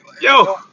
Yo